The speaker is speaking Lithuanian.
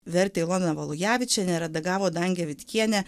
vertė ilona valujavičienė redagavo dangė vitkienė